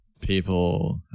People